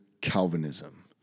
Calvinism